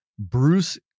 bruce